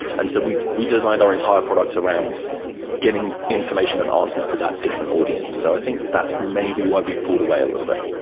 and so we we designed our entire product around getting information and answers to that different audience. so i think that's maybe why we've board away a little bit.